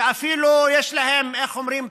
ואפילו יש להם, איך אומרים?